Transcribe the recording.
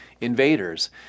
invaders